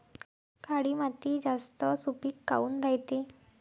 काळी माती जास्त सुपीक काऊन रायते?